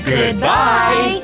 Goodbye